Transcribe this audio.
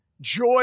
joy